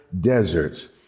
deserts